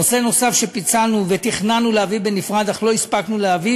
נושא נוסף שפיצלנו ותכננו להביא בנפרד אך לא הספקנו להביא,